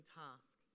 task